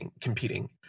competing